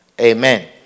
Amen